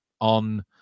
on